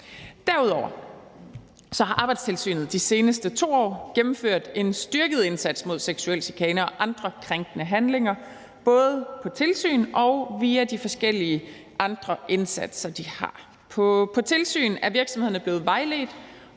Derudover har Arbejdstilsynet de seneste 2 år gennemført en styrket indsats mod seksuel chikane og andre krænkende handlinger, både via tilsyn og de forskellige andre indsatser, de gør. Ved tilsyn er virksomhederne blevet vejledt